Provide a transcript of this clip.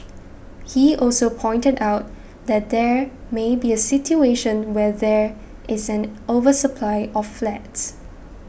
he also pointed out that there may be a situation where there is an oversupply of flats